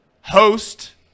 host